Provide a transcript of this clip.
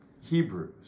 Hebrews